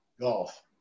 golf